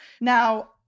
Now